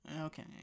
okay